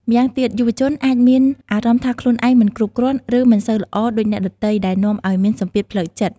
ម្យ៉ាងទៀតយុវជនអាចមានអារម្មណ៍ថាខ្លួនឯងមិនគ្រប់គ្រាន់ ឬមិនសូវល្អដូចអ្នកដទៃ ដែលនាំឲ្យមានសម្ពាធផ្លូវចិត្ត។